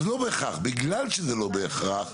אבל לא בהכרח, בגלל שזה לא בהכרח,